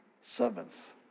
servants